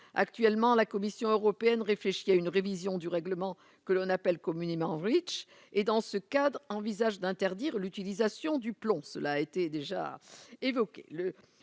actuellement, la Commission européenne réfléchit à une révision du règlement que l'on appelle communément riche et dans ce cadre, envisage d'interdire l'utilisation du plomb, cela a été déjà évoqué